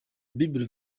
bible